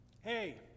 Hey